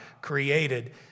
created